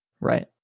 Right